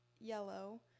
yellow